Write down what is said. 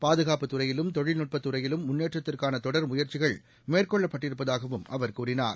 பாதுகாப்புத்துறையிலும் தொழில்நுட்பத் துறையிலும் முன்னேற்றத்திற்கான தொடர் முயற்சிகள் மேற்கொள்ளப்பட்டிருப்பதாகவும் அவர் கூறினார்